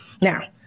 Now